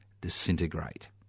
disintegrate